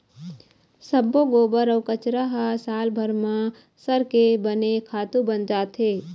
सब्बो गोबर अउ कचरा ह सालभर म सरके बने खातू बन जाथे